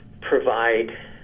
provide